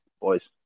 boys